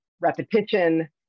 repetition